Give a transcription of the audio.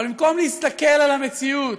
אבל במקום להסתכל על המציאות,